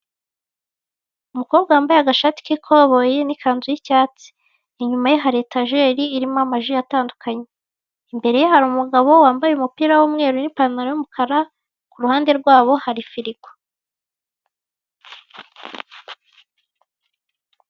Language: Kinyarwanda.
Umukobwa wambaye agashati k'ikoboyi n'ikanzu y'icyatsi, inyuma ye hari etajeri irimo amaji atandukanye, imbere ye hari umugabo wambaye umupira w'umweru n'ipantaro y'umukara, ku ruhande rwabo hari firigo.